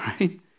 Right